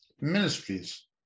Ministries